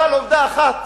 אבל לעובדה אחת